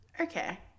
Okay